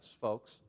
folks